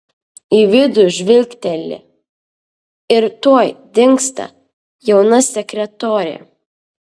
į vidų žvilgteli ir tuoj dingsta jauna sekretorė